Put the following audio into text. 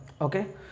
Okay